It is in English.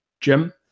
jim